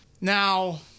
Now